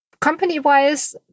company-wise